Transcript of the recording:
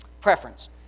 preference